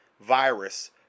virus